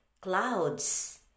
Clouds